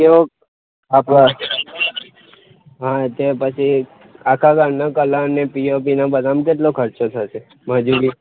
કેવો આપણે હા તે પછી આખા ઘરને કલર ને પીઓપી ને બધામાં કેટલો ખર્ચો થશે મજૂરી